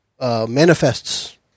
manifests